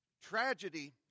Tragedy